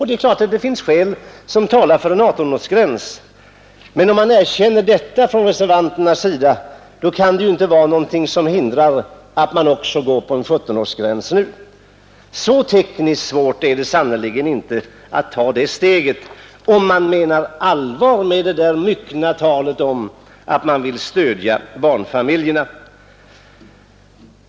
Det finns självfallet vissa skäl som talar för en 18-årsgräns, men om reservanterna erkänner detta, kan de inte på något sätt vara förhindrade att nu anta en 17-årsgräns. Så tekniskt svårt är det sannerligen inte att ta detta steg, om man menar allvar med det myckna talet om att man vill stödja barnfamiljerna.